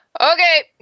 Okay